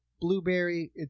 blueberry